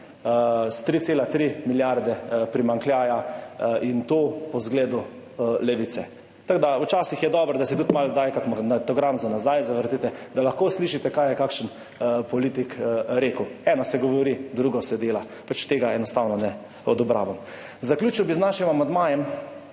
S 3,3 milijarde primanjkljaja in to po zgledu levice. Včasih je dobro, da si tudi kdaj malo kakšen magnetogram za nazaj zavrtite, da lahko slišite, kaj je kakšen politik rekel. Eno se govori, drugo se dela, tega enostavno ne odobravam. Zaključil bi z našim amandmajem